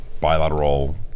bilateral